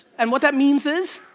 and what that means is,